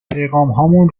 پیغامهامون